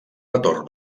retorn